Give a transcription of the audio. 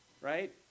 Right